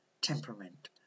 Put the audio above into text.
Temperament